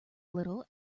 little